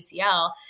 ACL